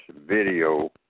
video